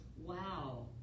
wow